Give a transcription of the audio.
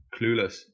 clueless